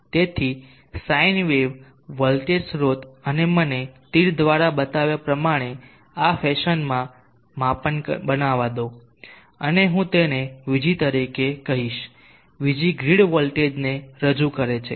તેથી sine wave voltage સ્રોત અને મને તીર દ્વારા બતાવ્યા પ્રમાણે આ ફેશનમાં માપન બનાવવા દો અને હું તેને Vg તરીકે કહીશ Vg ગ્રીડ વોલ્ટેજને રજૂ કરે છે